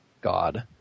God